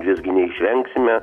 visgi neišvengsime